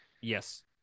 Yes